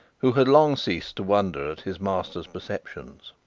who had long ceased to wonder at his master's perceptions.